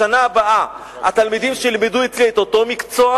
בשנה הבאה התלמידים שילמדו אצלי את אותו מקצוע,